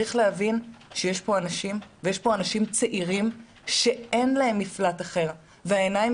צריך להבין שיש פה אנשים ויש פה אנשים צעירים שאין להם מפלט אחר והעיניים